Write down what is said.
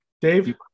Dave